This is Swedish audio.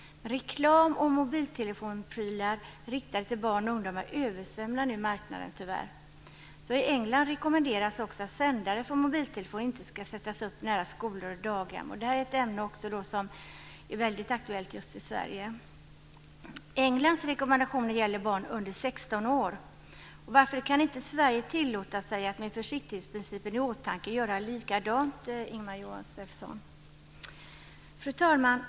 Reklam och mobiltelefonprylar riktade till barn och ungdomar översvämmar nu marknaden, tyvärr. I England rekommenderas också att sändare för mobiltelefoner inte ska sättas upp nära skolor och daghem. Det är ett ämne som är väldigt aktuellt också i Sverige. Englands rekommendationer gäller barn under 16 år. Varför kan inte Sverige tillåta sig att med försiktighetsprincipen i åtanke göra likadant, Ingemar Josefsson? Fru talman!